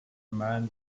man